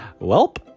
Welp